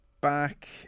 back